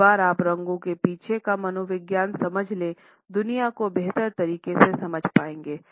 एक बार आप रंगों के पीछे का मनोविज्ञान समझ ले आप दुनिया को बेहतर तरीके से समझ पाएंगे